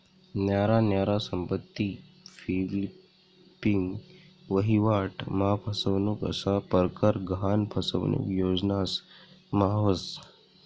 न्यारा न्यारा संपत्ती फ्लिपिंग, वहिवाट मा फसनुक असा परकार गहान फसनुक योजनास मा व्हस